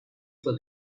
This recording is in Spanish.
fue